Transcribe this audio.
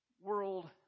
world